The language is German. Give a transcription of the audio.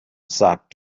sagt